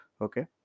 okay